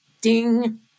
ding